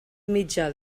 mitjà